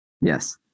Yes